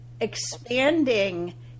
expanding